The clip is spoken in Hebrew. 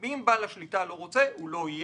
אם בעל השליטה לא רוצה הוא לא יהיה.